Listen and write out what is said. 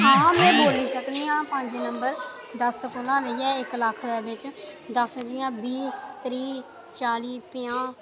हां में बोल्ली सकनी आं पंज नंबर दस्स कोला लेइयै इक लक्ख दे बिच दस्स जि'यां बीह् त्रीह् चाली पंजाह्